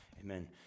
Amen